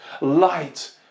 light